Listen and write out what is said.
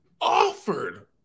offered